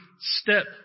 step